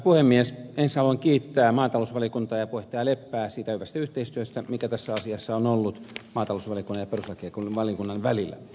ensiksi haluan kiittää maatalousvaliokuntaa ja puheenjohtaja leppää siitä hyvästä yhteistyöstä mikä tässä asiassa on ollut maatalousvaliokunnan ja perustuslakivaliokunnan välillä